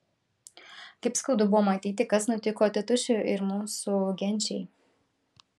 kaip skaudu buvo matyti kas nutiko tėtušiui ir mūsų genčiai